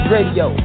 Radio